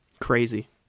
Crazy